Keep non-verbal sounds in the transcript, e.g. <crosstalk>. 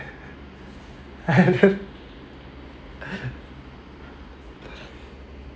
<laughs>